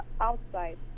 outside